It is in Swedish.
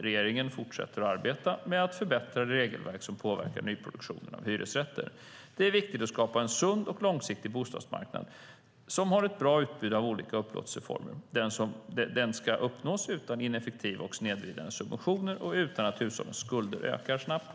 Regeringen fortsätter arbetet med att förbättra det regelverk som påverkar nyproduktion av hyresrätter. Det är viktigt att skapa en sund och långsiktig bostadsmarknad som har ett bra utbud av olika upplåtelseformer. Den ska uppnås utan ineffektiva och snedvridande subventioner och utan att hushållens skulder ökar snabbt.